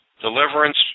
deliverance